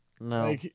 No